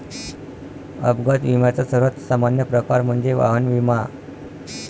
अपघात विम्याचा सर्वात सामान्य प्रकार म्हणजे वाहन विमा